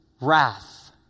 wrath